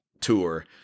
tour